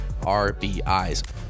RBIs